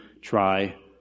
try